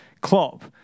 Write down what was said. Klopp